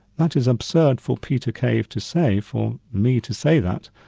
that is absurd for peter cave to say, for me to say that,